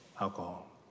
alcohol